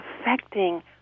affecting